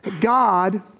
God